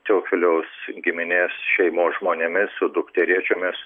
teofiliaus giminės šeimos žmonėmis su dukterėčiomis